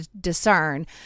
discern